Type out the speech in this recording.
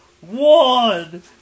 One